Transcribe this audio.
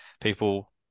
people